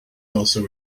also